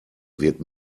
wird